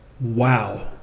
Wow